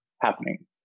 happening